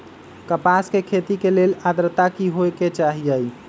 कपास के खेती के लेल अद्रता की होए के चहिऐई?